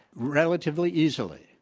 relatively easily.